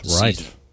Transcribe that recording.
right